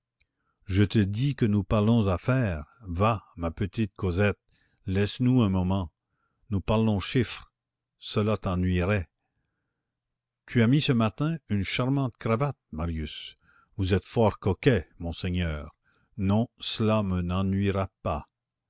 je te dis que nous parlons affaires va ma petite cosette laisse-nous un moment nous parlons chiffres cela t'ennuierait tu as mis ce matin une charmante cravate marius vous êtes fort coquet monseigneur non cela ne m'ennuiera pas